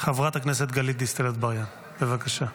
חברת הכנסת גלית דיסטל אטבריאן, בבקשה.